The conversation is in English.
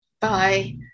bye